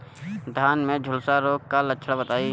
धान में झुलसा रोग क लक्षण बताई?